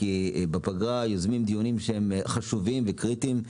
כי בפגרה יוזמים דיונים שהם חשובים וקריטיים,